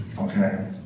Okay